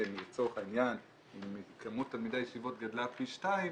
שלצורך העניין אם כמות תלמידי הישיבות גדלה פי שניים